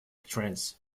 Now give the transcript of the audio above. trance